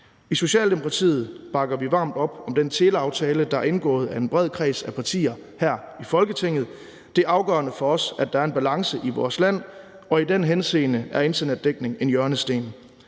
I Socialdemokratiet bakker vi varmt op om den teleaftale, der er indgået af en bred kreds af partier her i Folketinget. Det er afgørende for os, at der er en balance i vores land, og i den henseende er internetdækning en hjørnesten.